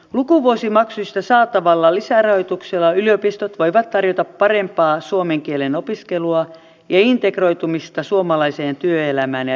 lukuvuosimaksuista saatavalla lisärahoituksella yliopistot voivat tarjota parempaa suomen kielen opiskelua ja integroitumista suomalaiseen työelämään ja yhteiskuntaan